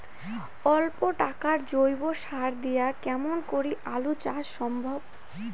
অল্প টাকার জৈব সার দিয়া কেমন করি আলু চাষ সম্ভব?